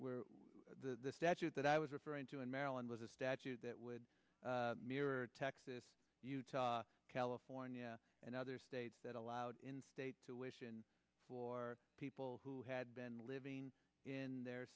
the statute that i was referring to in maryland was a statute that would mirror texas california and other states that allowed in state tuition for people who had been living in their